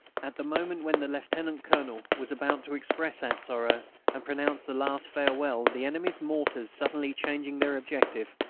at the moment when the lieutenant-colonel was about to express our sorrow and pronounce the last farewell the enemy's mortars, suddenly changing their objective,